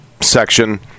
section